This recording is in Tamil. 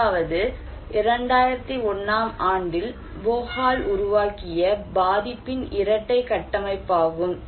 முதலாவது 2001 ஆம் ஆண்டில் போஹால் உருவாக்கிய பாதிப்பின் இரட்டைக் கட்டமைப்பாகும்